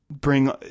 bring